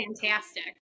fantastic